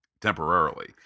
temporarily